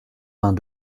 vingt